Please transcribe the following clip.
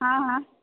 हँ हँ